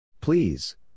Please